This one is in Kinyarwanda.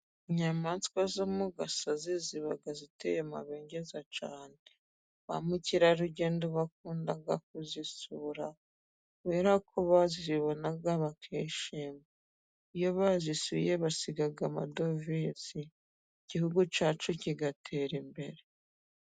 Inyamaswa zo mu gasozi ziba ziteye amabengeza cyane, bamukerarugendo bakunda kuzisura kuberako bazibona bakishima, iyo bazisuye basiga amadovize igihugu cyacu kigatera imbere.